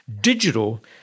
digital